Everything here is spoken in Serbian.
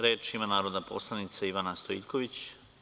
Reč ima narodna poslanica Ivana Stojiljković.